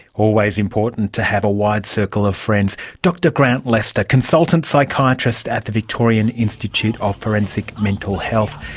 always important to have a wide circle of friends. dr grant lester, consultant psychiatrist at the victorian institute of forensic mental health.